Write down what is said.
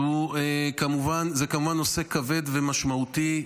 זה כמובן נושא כבד ומשמעותי,